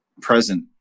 present